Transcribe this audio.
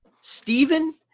Stephen